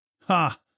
Ha